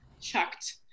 chucked